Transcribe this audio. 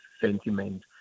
sentiment